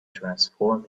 transform